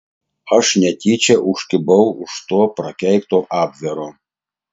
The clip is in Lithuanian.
aš netyčia užkibau už to prakeikto abvero